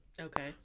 Okay